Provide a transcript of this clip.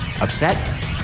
upset